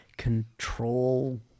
control